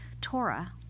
Torah